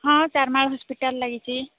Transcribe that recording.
ହଁ ଚାରମାଳ ହସ୍ପିଟାଲ ଲାଗିଛି